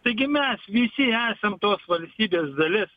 taigi mes visi esam tos valstybės dalis